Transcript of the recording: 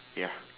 ya